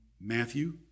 Matthew